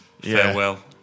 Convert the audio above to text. farewell